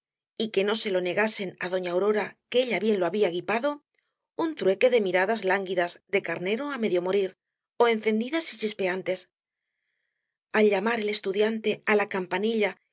y que no se lo negasen á doña aurora que ella bien lo había guipado un trueque de miradas lánguidas de carnero á medio morir ó encendidas y chispeantes al llamar el estudiante á la campanilla